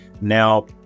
now